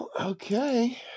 okay